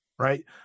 Right